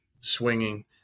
swinging